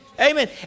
Amen